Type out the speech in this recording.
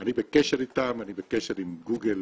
אני בקשר איתם, אני בקשר עם גוגל